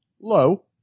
Low